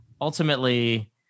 ultimately